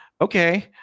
Okay